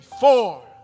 Four